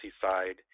side